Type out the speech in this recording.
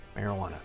marijuana